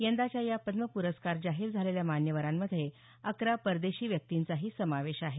यंदाच्या या पद्म प्रस्कार जाहीर झालेल्या मान्यवरांमध्ये अकरा परदेशी व्यक्तींचाही समावेश आहे